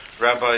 Rabbi